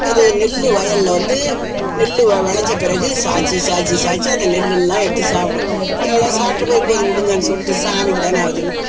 அது நெல் வயலில் வந்து நெல் வ வெளைஞ்ச பிறகு சாய்ச்சி சாய்ச்சி சாய்ச்சி அந்த நெல்லுலாம் எடுத்து சாப்பிடும் எவ்வளோ சாப்பிட்டு போய் போகுது விடுங்கன்னு சொல்லிட்டு சாமிக்கு தானே ஆகுதுன்னு